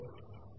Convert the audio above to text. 13